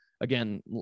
again